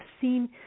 seen